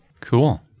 Cool